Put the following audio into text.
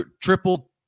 triple